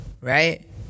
right